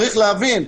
צריך להבין.